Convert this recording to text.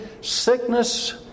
sickness